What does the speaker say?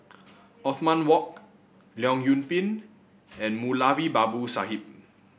Othman Wok Leong Yoon Pin and Moulavi Babu Sahib